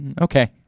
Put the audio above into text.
okay